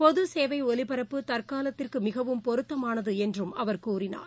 பொது சேவை ஒலிபரப்பு தற்காலத்திற்கு மிகவும் பொருத்தமானது என்று அவர் கூறினார்